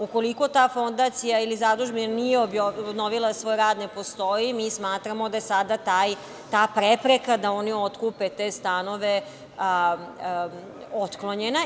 Ukoliko ta fondacija ili zadužbina nije obnovila svoj rad, ne postoji, mi smatramo da je sada ta prepreka da oni otkupe te stanove otklonjena.